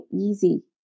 easy